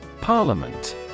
Parliament